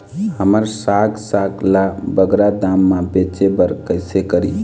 हमर साग साग ला बगरा दाम मा बेचे बर कइसे करी?